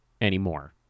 anymore